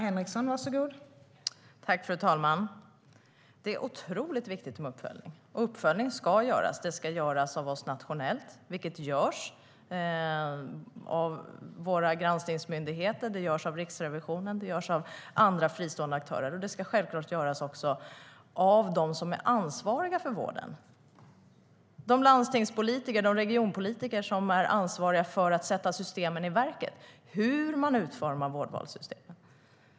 Fru talman! Det är otroligt viktigt med uppföljning. Uppföljning ska göras. Det ska göras av oss nationellt, vilket görs av våra granskningsmyndigheter, av Riksrevisionen och andra fristående aktörer. Det ska självklart också göras av dem som är ansvariga för vården, av de landstingspolitiker och regionpolitiker som är ansvariga för att sätta systemen i verket, hur man utformar vårdvalssystemen.